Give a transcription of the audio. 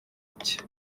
iki